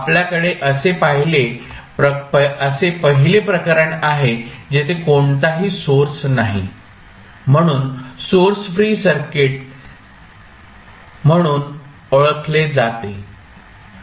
आपल्याकडे असे पहिले प्रकरण आहे जेथे कोणताही सोर्स नाही म्हणून सोर्स फ्री सर्किट म्हणून ओळखले जाते